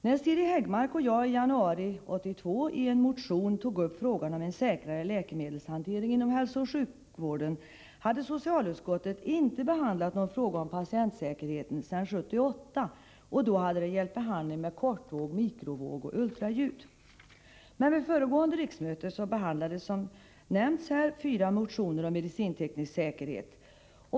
När Siri Häggmark och jag i januari 1982 i en motion tog upp frågan om en säkrare läkemedelshantering inom hälsooch sjukvården, hade socialutskottet inte behandlat någon fråga om patientsä kerhet sedan 1978. Den gången gällde det behandling med kortvåg, mikrovåg och ultraljud. Tidigare under riksmötet behandlades, som nämnts här, fyra motioner om medicinteknisk säkerhet.